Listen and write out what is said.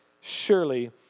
surely